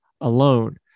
alone